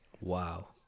Wow